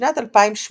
בשנת 2018,